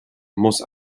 muss